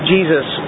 Jesus